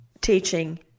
teaching